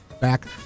back